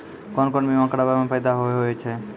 कोन कोन बीमा कराबै मे फायदा होय होय छै?